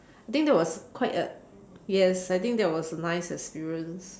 I think that was quite a yes I think that was a nice experience